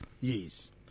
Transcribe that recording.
Yes